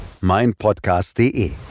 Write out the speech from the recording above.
meinpodcast.de